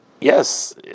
Yes